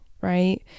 right